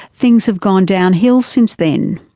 things have gone downhill since then.